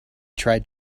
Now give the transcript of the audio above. tried